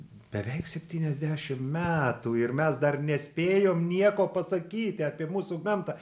beveik septyniasdešim metų ir mes dar nespėjom nieko pasakyti apie mūsų gamtą